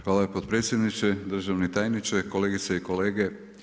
Hvala potpredsjedniče, državni tajniče, kolegice i kolege.